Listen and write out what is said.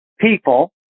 people